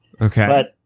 Okay